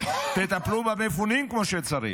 תטפלו במפונים כמו שצריך.